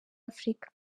afurika